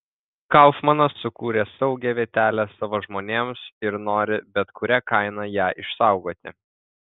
kaufmanas sukūrė saugią vietelę savo žmonėms ir nori bet kuria kaina ją išsaugoti